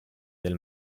del